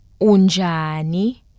Unjani